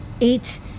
eight